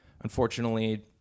unfortunately